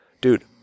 dude